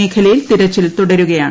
മേഖലയിൽ തെരച്ചിൽ തുടരുകയാണ്